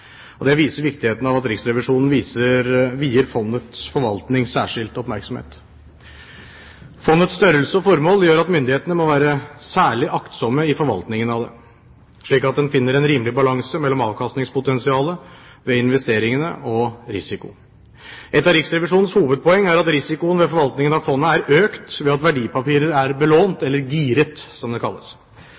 og formål gjør at myndighetene må være særlig aktsomme i forvaltningen av det, slik at en finner en rimelig balanse mellom avkastningspotensialet ved investeringene og risiko. Et av Riksrevisjonens hovedpoeng er at risikoen ved forvaltningen av fondet er økt, ved at verdipapirer er belånt, eller gearet, som det kalles.